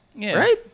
right